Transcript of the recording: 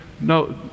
No